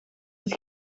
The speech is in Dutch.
het